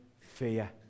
fear